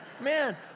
Man